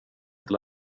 inte